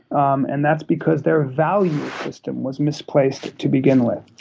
um and that's because their value system was misplaced to begin with.